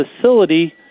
facility